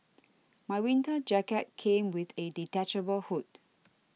my winter jacket came with a detachable hood